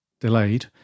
delayed